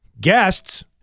Guests